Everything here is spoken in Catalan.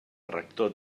rector